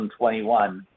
2021